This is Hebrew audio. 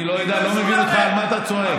אני לא מבין בכלל על מה אתה צועק.